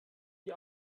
ihr